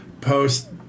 post-